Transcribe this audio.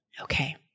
Okay